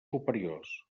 superiors